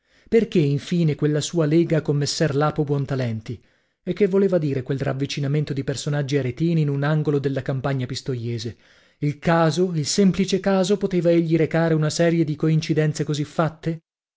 perchè infine quella sua lega con messer lapo buontalenti e che voleva dire quel ravvicinameto di personaggi aretini in un angolo della campagna pistoiese il caso il semplice caso poteva egli recare una serie di coincidenze così fatte